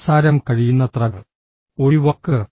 സംസാരം കഴിയുന്നത്ര ഒഴിവാക്കുക